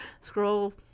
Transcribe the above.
Scroll